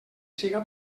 siga